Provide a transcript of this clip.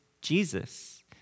Jesus